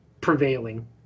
prevailing